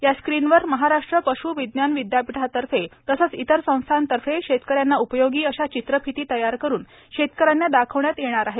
या स्क्रीनवर महाराष्ट्र पश् विज्ञान विद्यापीठातर्फे तसेच इतर संस्थातर्फे शेतकऱ्यांना उपयोगी अशा चित्रफिती तयार करून शेतकऱ्यांना दाखवण्यात येतील